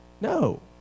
No